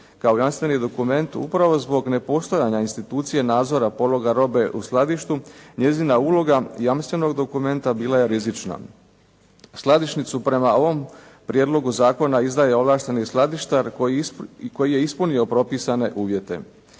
kao jamstveni dokument, upravo zbog nepostojanja institucije nadzora pologa robe u skladištu njezina uloga jamstvenog dokumenta bila je rizična. Skladišnicu prema ovom prijedlogu zakona izdaje ovlašteni skladištar koji je ispunio propisane uvjete.